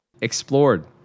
explored